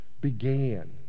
began